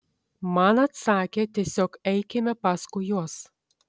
man atsakė tiesiog eikime paskui juos